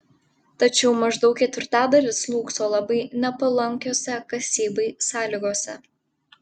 tačiau maždaug ketvirtadalis slūgso labai nepalankiose kasybai sąlygose